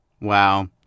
wow